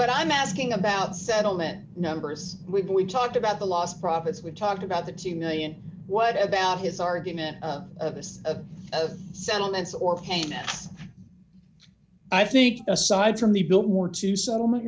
but i'm asking about settlement numbers with we talked about the lost profits we talked about the two million what about his argument of this of settlements or k m s i think aside from the biltmore to settlement